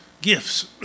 gifts